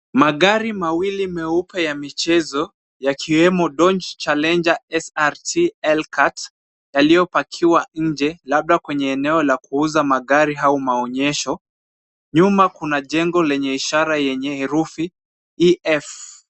Magari mawili meupe ya michezo yakiwemo Dodge Challenger srclcut yaliyopakiwa nje labda kwenye eneo la kuuza magari au maonyesho. Nyuma kuna jengo lenye ishara yenye herufi EF.